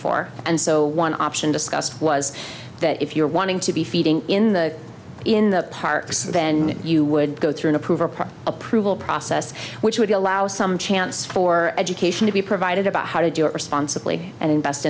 for and so one option discussed was that if you're wanting to be feeding in the in the parks then you would go through an approval prior approval process which would allow some chance for education to be provided about how responsibly and in best